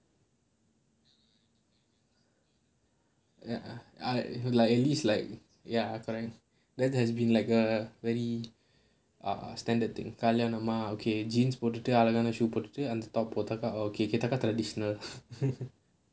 ya I like at least like ya correct then has been like a very ah standard thing colour நம்ம:namma okay jeans போட்டுட்டு அழகான:pottuttu azhagaana shoe போட்டுட்டு அந்த:pottuttu antha top போட்டாக்க:potaakka orh okay கிட்டக்க:kitakka traditional